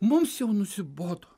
mums jau nusibodo